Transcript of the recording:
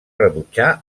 rebutjar